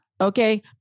Okay